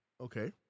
Okay